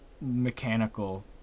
mechanical